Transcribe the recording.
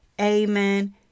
Amen